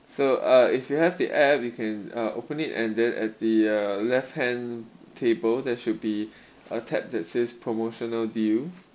so uh if you have the app you can uh open it and then at the uh left hand table that should be a tab that says promotional deal